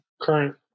current